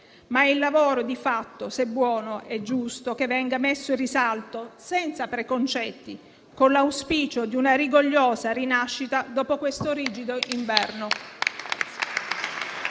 Ma il lavoro, se buono, è giusto che venga messo in risalto senza preconcetti, con l'auspicio di una rigogliosa rinascita dopo questo rigido inverno.